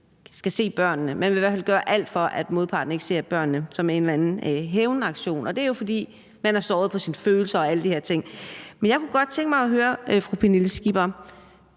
skal se børnene. Man vil i hvert fald gøre alt, for at modparten ikke ser børnene, som en eller anden hævnaktion, og det er jo, fordi man er såret på sine følelser og alle de her ting. Men jeg kunne godt tænke mig at høre fru Pernille Skipper,